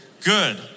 Good